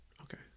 Okay